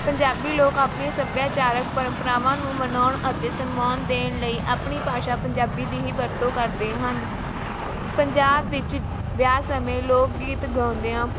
ਪੰਜਾਬੀ ਲੋਕ ਆਪਣੇ ਸੱਭਿਆਚਾਰਕ ਪਰੰਪਰਾਵਾਂ ਨੂੰ ਮਨਾਉਣ ਅਤੇ ਸਨਮਾਨ ਦੇਣ ਲਈ ਆਪਣੀ ਭਾਸ਼ਾ ਪੰਜਾਬੀ ਦੀ ਹੀ ਵਰਤੋਂ ਕਰਦੇ ਹਨ ਪੰਜਾਬ ਵਿੱਚ ਵਿਆਹ ਸਮੇਂ ਲੋਕ ਗੀਤ ਗਾਉਂਦਿਆਂ